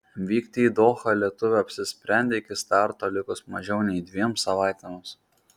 vykti į dohą lietuvė apsisprendė iki starto likus mažiau nei dviem savaitėms